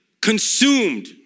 consumed